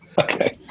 Okay